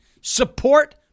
support